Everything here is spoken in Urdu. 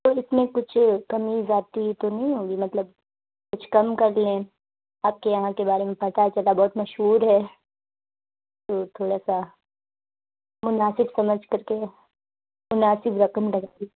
تو اس میں کچھ کمی زیادتی تو نہیں ہوگی مطلب کچھ کم کر لیں آپ کے یہاں کے بارے میں پتہ چلا بہت مشہور ہے تو تھوڑا سا مناسب سمجھ کر کے مناسب رقم لگا لیں